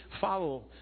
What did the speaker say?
follow